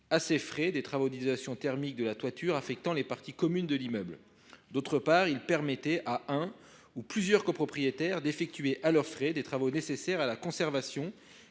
à ses frais, des travaux d’isolation thermique de la toiture qui affectent les parties communes de l’immeuble. D’autre part, elle permettait à un ou plusieurs copropriétaires d’effectuer, à leurs frais, des travaux nécessaires à la conservation,